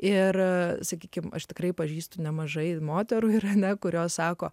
ir sakykime aš tikrai pažįstu nemažai moterų irane kurios sako